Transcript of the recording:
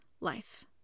life